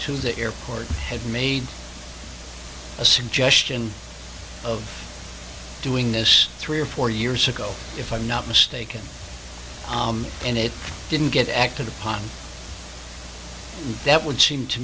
to the airport had made a suggestion of doing this three or four years ago if i'm not mistaken and it didn't get acted upon that would seem to